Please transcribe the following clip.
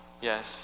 Yes